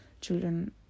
children